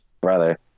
brother